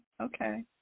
Okay